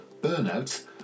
burnout